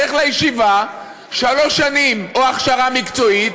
לך לישיבה שלוש שנים או להכשרה מקצועית,